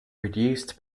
reduced